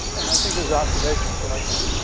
and i think it's observational selection.